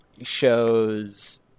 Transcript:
shows